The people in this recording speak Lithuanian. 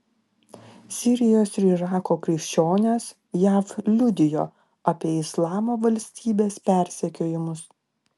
sirijos ir irako krikščionės jav liudijo apie islamo valstybės persekiojimus